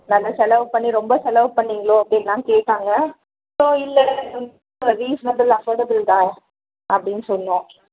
நல்லா செலவு பண்ணி ரொம்ப செலவு பண்ணிங்களோ அப்படின்லாம் கேட்டாங்க ஸோ இல்லை அவங்க ரீசனபில் அஃபர்டபில் தான் அப்படின்னு சொன்னோம்